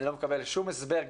אני לא מקבל שום הסבר,